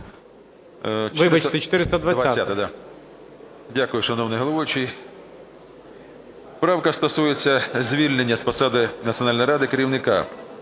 Вибачте, 420-а.